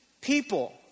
people